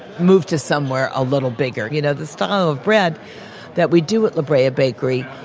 move to somewhere a little bigger. you know, the style of bread that we do at la brea ah bakery,